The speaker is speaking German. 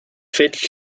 fehlt